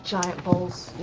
giant balls.